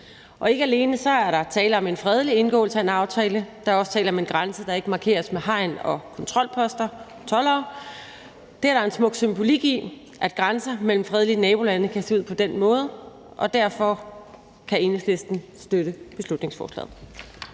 Ø. Ikke alene er der tale om en fredelig indgåelse af en aftale; der er også tale om en grænse, der ikke markeres med hegn og kontrolposter, toldere. Det er der en smuk symbolik i, nemlig at grænser mellem fredelige nabolande kan se ud på den måde, og derfor kan Enhedslisten støtte beslutningsforslaget.